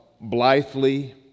blithely